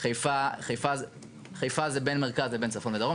חיפה זה בין מרכז לבין צפון ודרום.